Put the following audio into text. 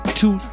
two